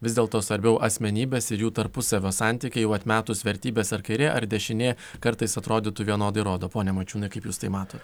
vis dėlto svarbiau asmenybės ir jų tarpusavio santykiai jau atmetus vertybes ar kairė ar dešinė kartais atrodytų vienodai rodo pone mačiūnai kaip jūs tai matot